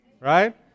Right